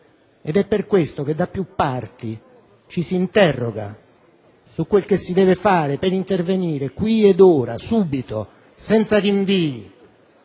ed è per questo che, da più parti, ci si interroga su quel che si deve fare per intervenire qui ed ora, subito, senza rinvii,